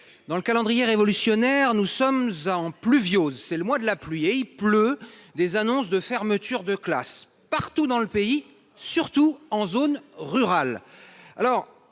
dans le calendrier révolutionnaire. Nous sommes en pluvieuse c'est le mois de la pluie et il pleut des annonces de fermetures de classes partout dans le pays, surtout en zone rurale.